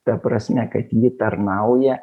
ta prasme kad ji tarnauja